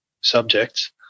subjects